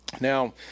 Now